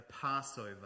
Passover